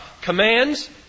commands